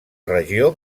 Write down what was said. regió